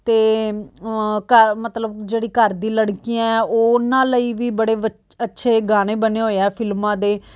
ਅਤੇ ਘ ਮਤਲਬ ਜਿਹੜੀ ਘਰ ਦੀ ਲੜਕੀਆਂ ਉਨ੍ਹਾਂ ਲਈ ਵੀ ਬੜੇ ਬੱ ਅੱਛੇ ਗਾਣੇ ਬਣੇ ਹੋਏ ਹੈ ਫ਼ਿਲਮਾਂ ਦੇ